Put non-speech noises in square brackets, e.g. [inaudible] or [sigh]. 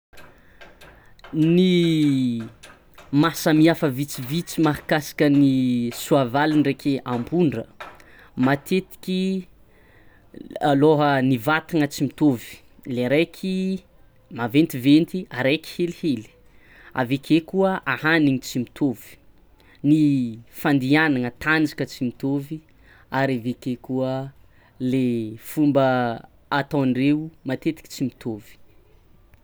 [noise] Ny [hesitation] mahasamihafa vitsivitsy mahakasika ny soavaly ndraiky ampondra: [noise] matetiky [hesitation] alaoha ny vatagna tsy mitôvy, liaraiky maventiventy, araiky helihely, aveke koa ahanigny tsy mitôvy, ny fandianagna tanjaka tsy mitôvy, ary aveke koa le [hesitation] fomba [hesitation] ataondreo matetiky tsy mitôvy.